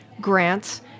grants